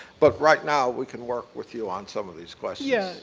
but right now, we can work with you on some of these questions. yeah